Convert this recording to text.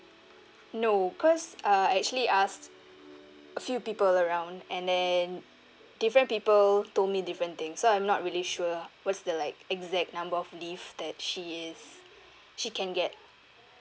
no cause uh I actually ask a few people around and then different people told me different thing so I'm not really sure what's the like exact number of leave that she is she can get